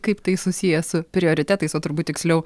kaip tai susiję su prioritetais o turbūt tiksliau